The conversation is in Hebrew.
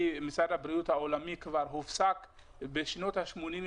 משרד הבריאות העולמי כבר הופסק בשנות ה-80,